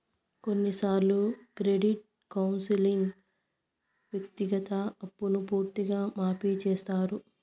కొన్నిసార్లు క్రెడిట్ కౌన్సిలింగ్లో వ్యక్తిగత అప్పును పూర్తిగా మాఫీ చేత్తారు